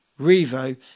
Revo